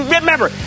Remember